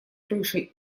крышей